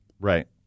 Right